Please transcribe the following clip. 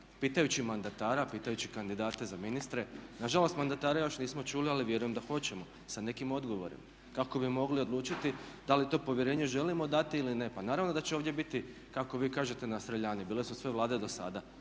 pitajući mandatara, pitajući kandidate za ministre. Nažalost mandatara još nismo čuli ali vjerujem da hoćemo sa nekim odgovorima. Kako bi mogli odlučiti da li to povjerenje želimo dati ili ne. Pa naravno da će ovdje biti kako vi kažete na streljani. Bile su sve vlade dosada